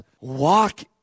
Walk